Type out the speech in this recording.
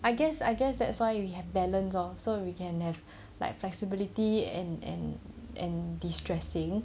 I guess I guess that's why we have balance lor so we can have like flexibility and and and distressing